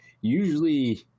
usually